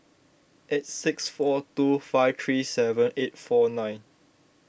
eight six four two five three seven eight four nine